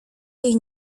jej